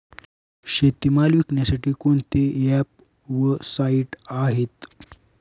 शेतीमाल विकण्यासाठी कोणते ॲप व साईट आहेत?